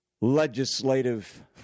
legislative